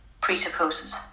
presupposes